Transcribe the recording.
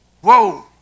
Whoa